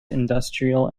industrial